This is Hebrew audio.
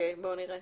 זאת אומרת,